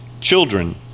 Children